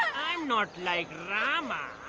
i'm not like rama,